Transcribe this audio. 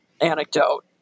anecdote